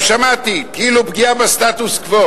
גם שמעתי, כאילו פגיעה בסטטוס-קוו.